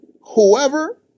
whoever